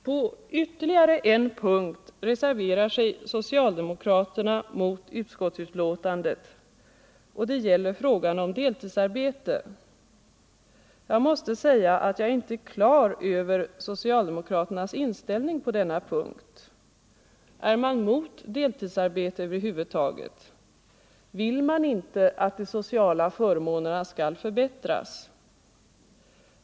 På ytterligare en punkt reserverar sig socialdemokraterna mot utskottsbetänkandet och det gäller frågan om deltidsarbete. Jag måste säga att jag är inte klar över socialdemokraternas inställning på denna punkt. Är man mot deltidsarbete över huvud taget? Vill man inte att de sociala förmånerna skall förbättras?